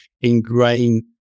ingrain